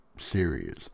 Series